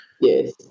Yes